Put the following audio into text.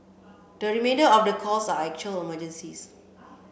the remainder of calls are actual emergencies